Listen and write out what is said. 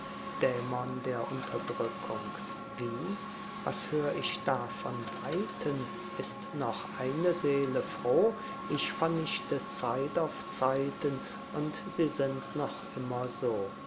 dämon der unterdrückung wie was hör ich da von weiten ist noch eine seele froh ich vernichte zeit auf zeiten und sie sind noch immer so